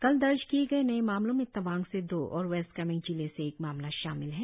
कल दर्ज किए गए नए मामलों में तवांग से दो और वेस्ट कामेंग जिले से एक मामला शामिल है